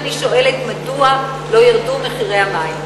לכן אני שואלת: מדוע לא ירדו מחירי המים?